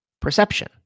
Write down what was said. perception